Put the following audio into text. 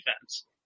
defense